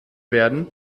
werden